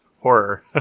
horror